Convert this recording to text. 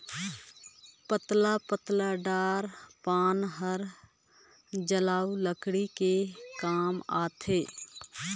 पतला पतला डार पान हर जलऊ लकरी के काम आथे